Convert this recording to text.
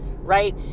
right